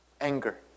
anger